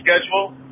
schedule